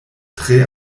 tre